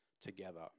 together